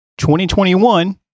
2021